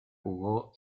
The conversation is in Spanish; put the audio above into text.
jugó